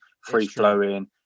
free-flowing